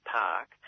park